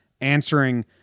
answering